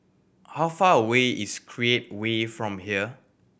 how far away is Create Way from here